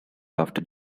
after